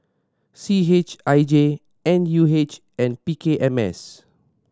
C H I J N U H and P K M S